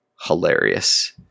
hilarious